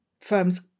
Firms